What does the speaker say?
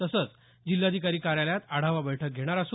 तसंच जिल्हाधिकारी कार्यालयात आढावा बैठक घेणार आहेत